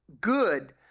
Good